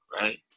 right